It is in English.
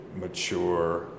mature